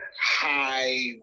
high